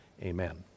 amen